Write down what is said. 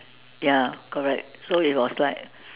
ya correct so it was like